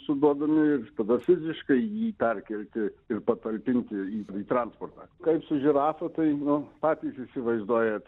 suduodami ir tada fiziškai jį perkelti ir patalpinti į į transportą kaip su žirafa tai nu patys įsivaizduojat